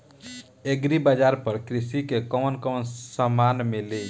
Agri बाजार पर कृषि के कवन कवन समान मिली?